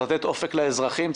אופק לאזרחים,